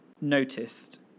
noticed